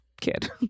kid